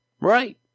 Right